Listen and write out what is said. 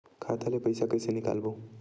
खाता ले पईसा कइसे निकालबो?